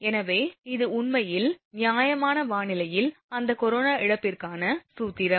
எனவே இது உண்மையில் நியாயமான வானிலையில் அந்த கொரோனா இழப்பிற்கான சூத்திரம்